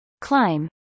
climb